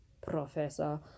professor